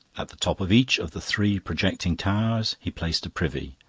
at the top of each of the three projecting towers he placed a privy.